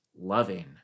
loving